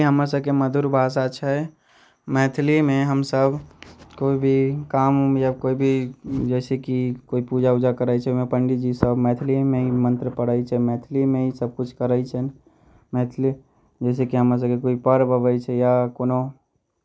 मैथिली हमरसबके मधुर भाषा छै मैथिलीमे हमसब कोइ भी काम उम या कोइ भी जइसे कि कोइ पूजा उजा करै छिए ओहिमे पण्डीजीसब मैथिलीमे ही मन्त्र पढ़ै छै मैथिलीमे ही सबकछिु करै छै मैथिली जइसे कि हमरासबके कोइ परब अबै छै या कोनो